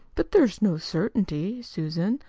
but there's no certainty, susan,